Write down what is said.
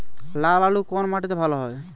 লাল আলু কোন মাটিতে ভালো হয়?